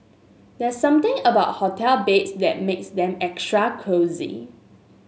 there's something about hotel beds that makes them extra cosy